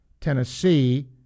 Tennessee